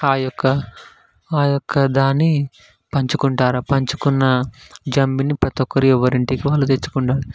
ఆ యొక్క ఆ యొక్క దాన్ని పంచుకుంటారు ఆ పంచుకున్న జమ్మిని ప్రతిఒక్కరు ఎవ్వరింటికి వాళ్ళు తెచ్చుకుంటారు